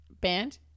Band